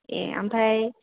ए आमफाय